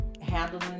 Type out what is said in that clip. handling